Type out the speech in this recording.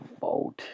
vote